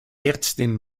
ärztin